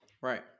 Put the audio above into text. Right